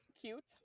cute